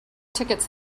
tickets